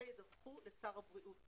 אלה ידווחו לשר הבריאות.